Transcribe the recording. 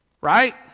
right